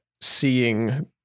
Seeing